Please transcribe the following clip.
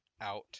out